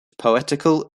poetical